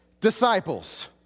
disciples